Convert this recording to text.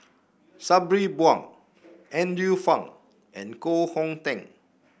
Sabri Buang Andrew Phang and Koh Hong Teng